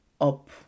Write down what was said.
up